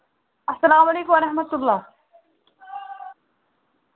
السلام علیکم ورحمتُ اللہ